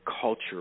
culture